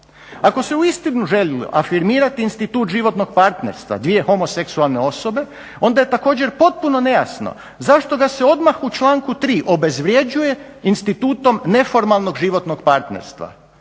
Ako se uistinu želilo afirmirati institut životnog partnerstva dvije homoseksualne osobe onda je također potpuno nejasno zašto ga se odmah u članku 3. obezvrjeđuje institutom neformalnog životnog partnerstva.